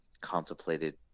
contemplated